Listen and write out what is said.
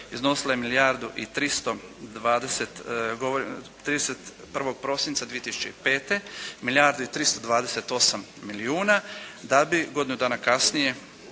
iznosila je milijardu i 320, govorim 31. prosinca 2005. milijardu i 328 milijuna da bi godinu dana kasnije